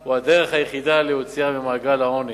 הוא הדרך היחידה להוציאן ממעגל העוני.